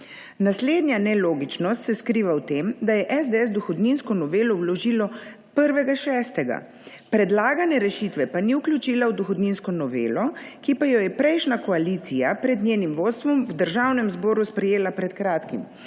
Naslednja nelogičnost se skriva v tem, da je SDS dohodninsko novelo vložila 1. 6., predlagane rešitve pa ni vključila v dohodninsko novelo, ki pa jo je prejšnja koalicija pod njenim vodstvom v Državnem zboru sprejela pred kratkim,